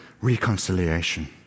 Reconciliation